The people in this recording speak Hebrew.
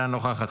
אינה נוכחת,